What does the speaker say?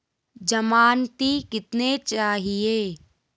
ज़मानती कितने चाहिये?